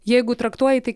jeigu traktuoji tai